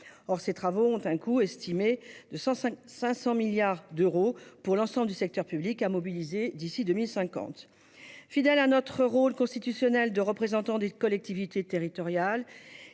de ces travaux est estimé à 500 milliards d'euros pour l'ensemble du secteur public, à mobiliser d'ici à 2050. Fidèles à notre rôle constitutionnel de représentants des collectivités territoriales,